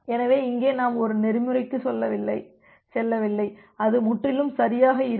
எனவே இங்கே நாம் ஒரு நெறிமுறைக்கு செல்லவில்லை அது முற்றிலும் சரியாக இருக்கும்